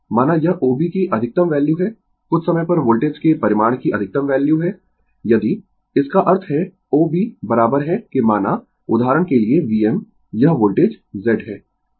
माना यह O B की अधिकतम वैल्यू है कुछ समय पर वोल्टेज के परिमाण की अधिकतम वैल्यू है यदि इसका अर्थ है O B बराबर है के माना उदाहरण के लिए Vm यह वोल्टेज z है